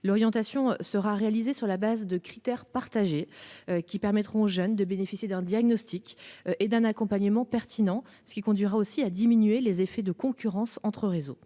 l'orientation sera réalisée sur la base de critères partagé. Qui permettront aux jeunes de bénéficier d'un diagnostic et d'un accompagnement pertinent ce qui conduira aussi à diminuer les effets de concurrence entre réseaux.